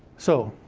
so